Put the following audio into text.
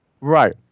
Right